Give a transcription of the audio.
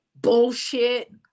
bullshit